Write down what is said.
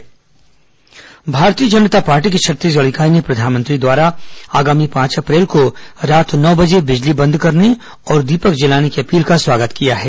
corona Bhajpa Bharatiya Janata party की छत्तीसगढ़ इकाई ने प्रधानमंत्री द्वारा आगामी पांच अप्रैल को रात नौ बजे बिजली बंद करने और दीपक जलाने की अपील का स्वागत किया है